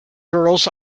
girls